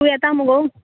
तूं येता मगो